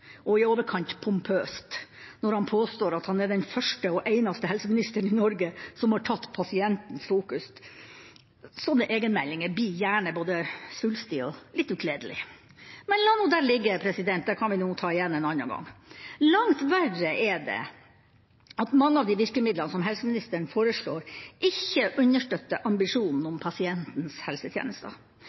og i overkant pompøst når han påstår at han er den første og eneste helseministeren i Norge som har satt pasienten i fokus. Sånne egenmeldinger blir gjerne både svulstige og litt ukledelige. Men la nå det ligge, det kan vi ta igjen en annen gang. Langt verre er det at mange av de virkemidlene som helseministeren foreslår, ikke understøtter ambisjonen om pasientens